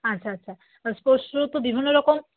আচ্ছা আচ্ছা তা স্পোর্টস শ্যুও তো বিভিন্ন রকম